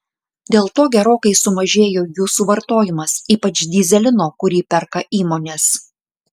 dėl to gerokai sumažėjo jų suvartojimas ypač dyzelino kurį perka įmonės